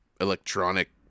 electronic